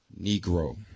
Negro